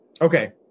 Okay